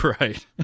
Right